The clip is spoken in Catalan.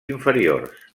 inferiors